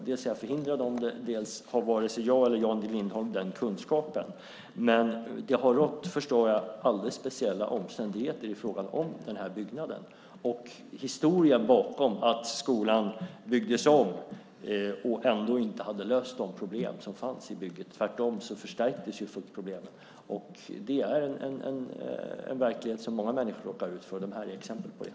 Dels är jag förhindrad att göra det, dels har varken jag eller Jan Lindholm den kunskapen. Men jag förstår att det har rått alldeles speciella omständigheter i fråga om den här byggnaden och historien bakom att skolan byggdes om och man ändå inte hade löst de problem som fanns i bygget. Tvärtom förstärktes problemen. Det är en verklighet som många människor råkar ut för. De här är exempel på det.